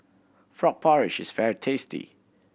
frog porridge is very tasty